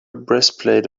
breastplate